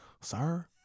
sir